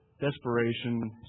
desperation